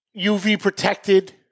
UV-protected